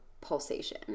pulsation